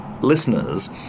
listeners